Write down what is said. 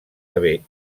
haver